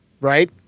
right